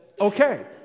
Okay